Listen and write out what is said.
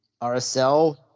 RSL